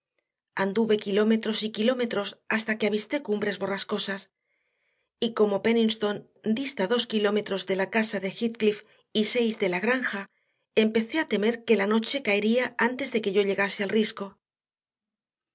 anduve kilómetros y kilómetros hasta que avisté cumbres borrascosas y como penniston dista dos kilómetros de la casa de heathcliff y seis de la granja empecé a temer que la noche caería antes de que yo llegase al risco